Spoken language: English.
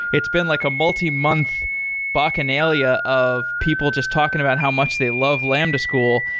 it's been like a multi-month bacchanalia of people just talking about how much they love lambda school,